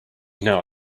now